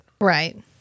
Right